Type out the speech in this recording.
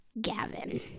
Gavin